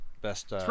best